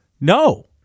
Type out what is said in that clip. No